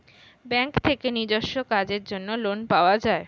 bank থেকে নিজস্ব কাজের জন্য লোন পাওয়া যায়